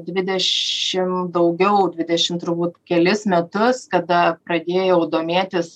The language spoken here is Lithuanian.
dvidešim daugiau dvidešim turbūt kelis metus kada pradėjau domėtis